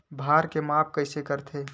भार के माप कइसे करथे?